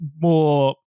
more